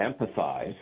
empathize